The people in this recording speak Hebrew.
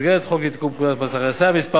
במסגרת חוק לתיקון פקודת מס הכנסה (מס'